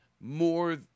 more